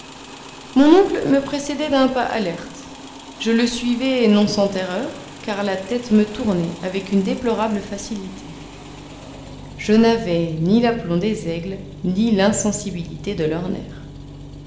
mon oncle me précédait d'un pas alerte je le suivais non sans terreur car la tête me tournait avec une déplorable facilité je n'avais ni l'aplomb des aigles ni l'insensibilité de leurs nerfs